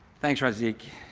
thanks, razi